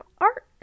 art